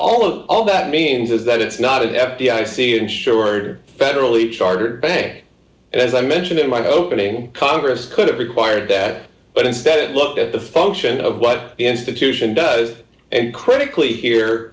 of all that means is that it's not an f b i cia insured federally chartered bank and as i mentioned in my opening congress could have required that but instead it looked at the function of what institution does and critically here